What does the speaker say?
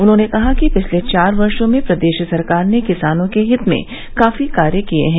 उन्होंने कहा कि पिछले चार वर्षो में प्रदेश सरकार ने किसानों के हित में काफी कार्य किये है